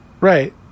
Right